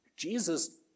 Jesus